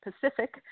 pacific